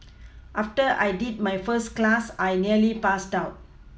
after I did my first class I nearly passed out